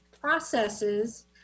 processes